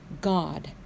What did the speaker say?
God